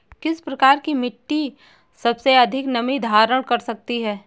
किस प्रकार की मिट्टी सबसे अधिक नमी धारण कर सकती है?